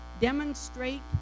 demonstrate